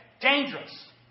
Dangerous